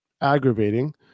aggravating